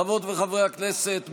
חברות וחברי הכנסת,